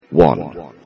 One